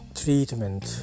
treatment